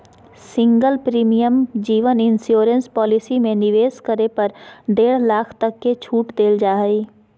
single premium जीवन insurance policy में निवेश करे पर डेढ़ लाख तक के छूट देल जा हइ